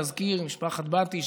משפחת בטיש,